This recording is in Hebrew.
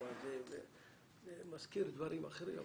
זה מזכיר דברים אחרים.